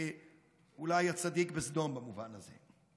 שאולי הוא הצדיק בסדום במובן הזה.